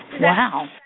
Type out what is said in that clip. Wow